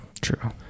True